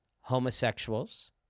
homosexuals